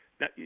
Now